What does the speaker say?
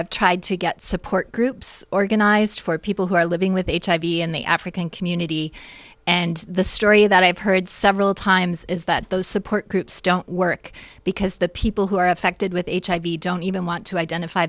have tried to get support groups organized for people who are living with hiv in the african community and the story that i've heard several times is that those support groups don't work because the people who are affected with hiv don't even want to identify